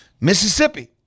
Mississippi